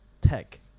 tech